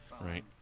Right